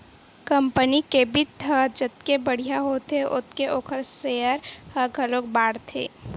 company के बित्त ह जतके बड़िहा होथे ओतके ओखर सेयर ह घलोक बाड़थे